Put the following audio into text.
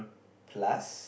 plus